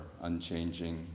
unchanging